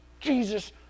Jesus